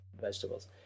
vegetables